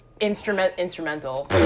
Instrumental